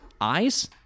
Eyes